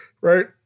right